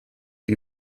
wie